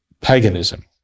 paganism